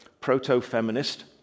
proto-feminist